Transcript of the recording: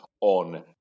on